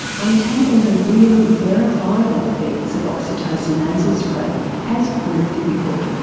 untangling the real verifiable effects of oxytocin nasal spray has proved difficult.